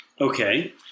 Okay